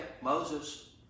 Moses